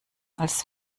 als